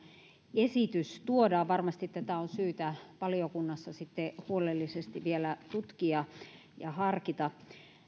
esitys tuodaan varmasti tätä on syytä valiokunnassa sitten huolellisesti vielä tutkia ja harkita